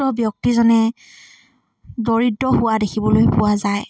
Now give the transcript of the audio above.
উক্ত ব্যক্তিজনে দৰিদ্ৰ হোৱা দেখিবলৈ পোৱা যায়